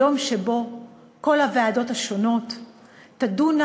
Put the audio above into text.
יום שבו הוועדות השונות תדונה,